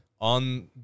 on